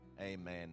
amen